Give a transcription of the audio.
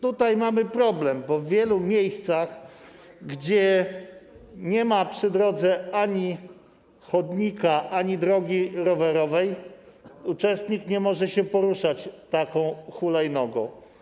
Tutaj mamy problem, bo w wielu miejscach, gdzie nie ma przy drodze ani chodnika, ani drogi rowerowej, uczestnik nie może się poruszać taką hulajnogą.